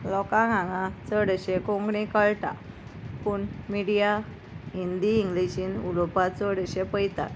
लोकांक हांगा चड अशें कोंकणी कळटा पूण मिडिया हिंदी इंग्लिशीन उलोवपाक चड अशे पळयतात